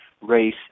race